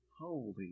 Holy